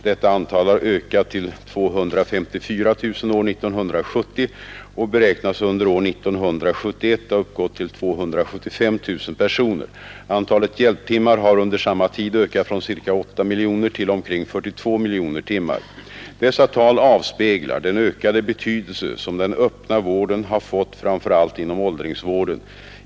Detta antal har ökat till 254 000 år 1970 och beräknas under år 1971 ha uppgått till 275 000 personer. Antalet hjälptimmar har under samma tid ökat från ca 8 miljoner till omkring 42 miljoner timmar. Dessa tal avspeglar den ökade betydelse som den öppna vården har fått framför allt inom åldrings vården.